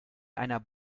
einer